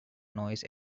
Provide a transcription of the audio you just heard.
noise